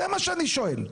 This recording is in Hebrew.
זה מה שאני שואל.